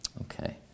Okay